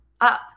up